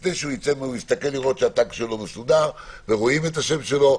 לפני שהוא יצא הוא יסתכל לראות שהתג שלו מסודר ורואים את השם שלו,